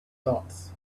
dots